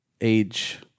age